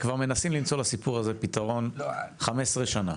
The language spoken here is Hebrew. מנסים למצוא לסיפור הזה פתרון 15 שנה,